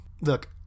Look